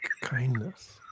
kindness